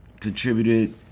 contributed